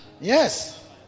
Yes